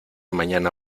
mañana